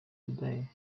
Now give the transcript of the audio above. today